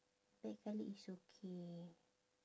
black colour is okay